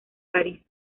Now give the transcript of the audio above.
parís